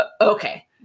Okay